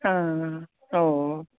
हां हो